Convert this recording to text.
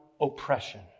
oppression